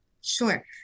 Sure